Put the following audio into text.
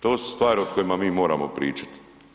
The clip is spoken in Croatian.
To su stvari o kojima mi moramo pričat.